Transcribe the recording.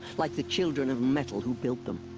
like the children of metal who built them.